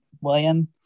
William